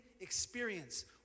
experience